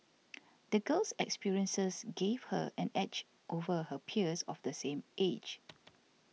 the girl's experiences gave her an edge over her peers of the same age